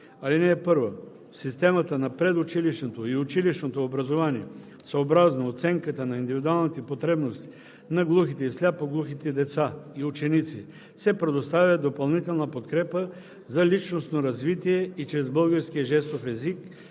11. (1) В системата на предучилищното и училищното образование съобразно оценката на индивидуалните потребности на глухите и сляпо-глухите деца и ученици се предоставя допълнителна подкрепа за личностно развитие и чрез българския жестов език